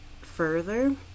further